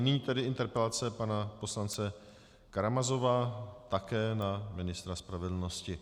Nyní interpelace pana poslance Karamazova, také na ministra spravedlnosti.